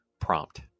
prompt